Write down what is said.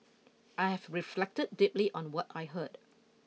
I have reflected deeply on what I heard